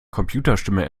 computerstimme